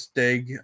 dig